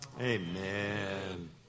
Amen